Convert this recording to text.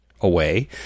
away